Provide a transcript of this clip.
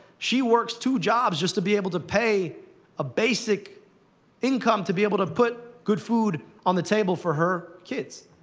she works two jobs just to be able to pay a basic income to be able to put good food on the table for her kids.